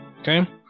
Okay